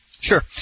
Sure